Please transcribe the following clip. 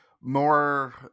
more